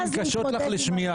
גם אם הן קשות לך לשמיעה.